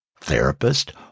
therapist